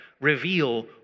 reveal